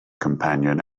companion